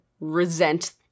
resent